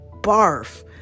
barf